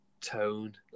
tone